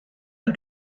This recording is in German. der